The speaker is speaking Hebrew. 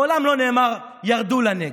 הם לא נמצאים פה, מעולם לא נאמר "ירדו לנגב"